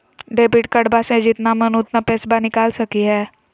Debit कार्डबा से जितना मन उतना पेसबा निकाल सकी हय?